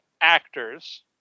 actors